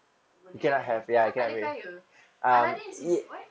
tak boleh kaya kenapa tak boleh kaya aladdin is what